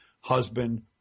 husband